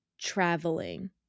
traveling